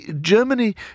Germany